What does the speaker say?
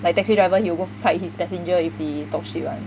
like taxi driver he will go fight his passenger if he talk shit [one]